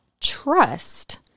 trust